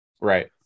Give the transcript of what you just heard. Right